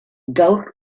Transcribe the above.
gaur